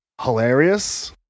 Hilarious